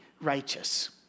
righteous